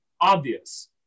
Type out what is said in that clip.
obvious